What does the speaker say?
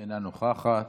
אינה נוכחת.